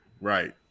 Right